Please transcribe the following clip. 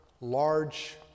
large